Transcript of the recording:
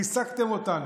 ריסקתם אותנו.